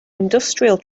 industrial